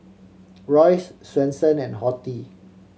Royce Swensen and Horti